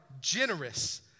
generous